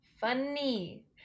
funny